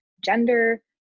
gender